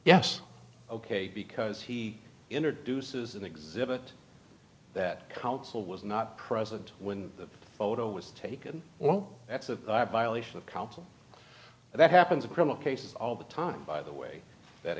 yes ok because he introduces an exhibit that counsel was not present when the photo was taken well that's a violation of consul that happens in criminal cases all the time by the way that